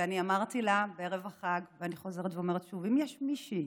ואני אמרתי לה בערב החג ואני חוזרת ואומרת שוב: אם יש מישהי